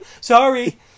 Sorry